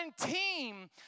team